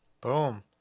Boom